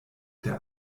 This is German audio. der